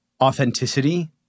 authenticity